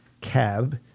Cab